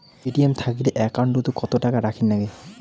ATM থাকিলে account ওত কত টাকা রাখীর নাগে?